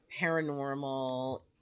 paranormal